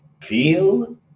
feel